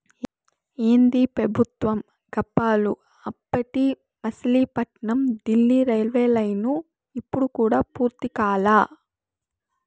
ఏందీ పెబుత్వం గప్పాలు, అప్పటి మసిలీపట్నం డీల్లీ రైల్వేలైను ఇప్పుడు కూడా పూర్తి కాలా